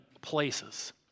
places